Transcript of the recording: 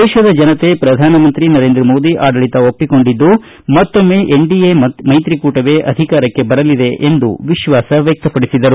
ದೇಶದ ಜನತೆ ಪ್ರಧಾನಮಂತ್ರಿ ನರೇಂದ್ರ ಮೋದಿ ಆಡಳಿತ ಒಪ್ಪಿಕೊಂಡಿದ್ದು ಮತ್ತೊಮ್ಮೆ ಎನ್ಡಿಎ ಮ್ಯೆತ್ರಿಕೂಟವೇ ಅಧಿಕಾರಕ್ಕೆ ಬರಲಿದೆ ಎಂದು ವಿಶ್ವಾಸ ವ್ವಕ್ತಪಡಿಸಿದರು